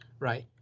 Right